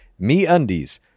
MeUndies